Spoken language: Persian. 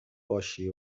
باشی